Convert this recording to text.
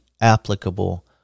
applicable